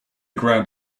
ground